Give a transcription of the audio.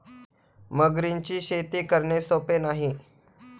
मगरींची शेती करणे सोपे नाही